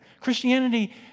christianity